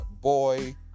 boy